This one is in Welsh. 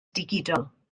digidol